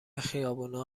خیابونها